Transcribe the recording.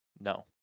No